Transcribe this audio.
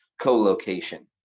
co-location